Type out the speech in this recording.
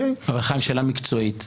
חיים, שאלה מקצועית.